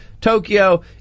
Tokyo